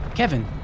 Kevin